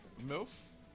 Mills